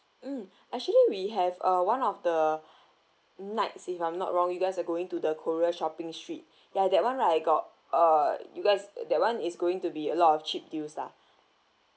mm actually we have uh one of the nights if I'm not wrong you guys are going to the korea shopping street ya that [one] right I got uh you guys uh that [one] is going to be a lot of cheap deals lah